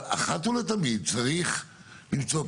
אבל אחת ולתמיד צריך למצוא,